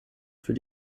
für